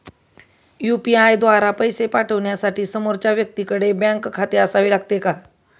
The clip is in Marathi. यु.पी.आय द्वारा पैसे पाठवण्यासाठी समोरच्या व्यक्तीकडे बँक खाते असावे लागते का?